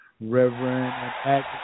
Reverend